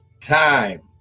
time